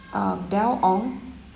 ah belle ong